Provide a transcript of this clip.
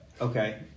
Okay